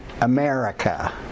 America